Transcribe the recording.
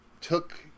took